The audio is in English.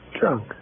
Drunk